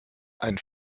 ein